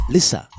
Lisa